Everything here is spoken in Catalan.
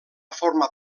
formar